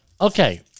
Okay